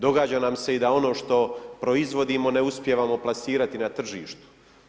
Događa nam se i da ono što proizvodimo ne uspijevamo plasirati na tržištu.